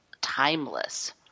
timeless